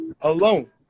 alone